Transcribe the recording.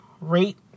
rate